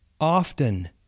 often